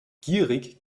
gierig